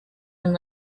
and